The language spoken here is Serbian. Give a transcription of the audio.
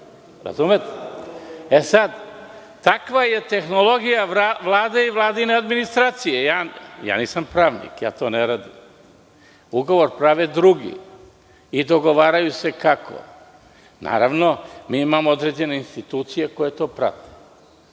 Razumete? Takva je tehnologija Vlade i vladine administracije. Ja nisam pravnik, ja to ne radim. Ugovor prave drugi i dogovaraju se kako. Naravno, mi imamo određene institucije koje to prate.